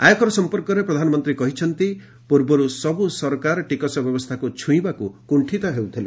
ଆୟକର ସଂପର୍କରେ ପ୍ରଧାନମନ୍ତ୍ରୀ କହିଛନ୍ତି ପୂର୍ବରୁ ସବୁ ସରକାର ଟିକସ ବ୍ୟବସ୍ଥାକୁ ଛୁଇଁବାକୁ କୁଷ୍ଠିତ ହେଉଥିଲେ